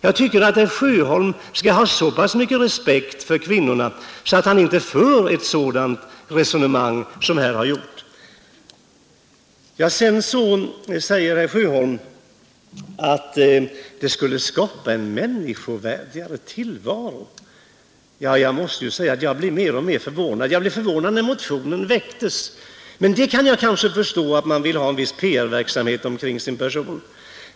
Jag tycker att herr Sjöholm skall ha så pass mycket respekt för kvinnorna att han inte för ett sådant resonemang som han har gjort här. Herr Sjöholm sade att statliga bordeller skulle skapa en människo digare tillvaro. Jag blir mer och mer förvånad. Jag blev förvånad när motionen väcktes, men jag kan kanske ändå förstå att man vill ha en viss PR-verksamhet omkring sin person.